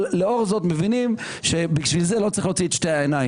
לאור זאת אנחנו מבינים שבשביל זה לא צריך להוציא את שתי העיניים.